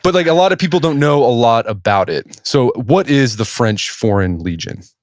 but like a lot of people don't know a lot about it, so what is the french foreign legion?